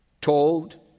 told—